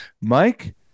Mike